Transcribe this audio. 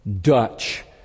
Dutch